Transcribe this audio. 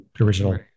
original